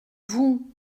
vous